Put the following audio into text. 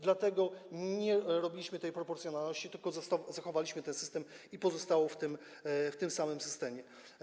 Dlatego nie robiliśmy tej proporcjonalności, tylko zachowaliśmy ten system i to pozostało w tym samym systemie.